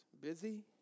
busy